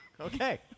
Okay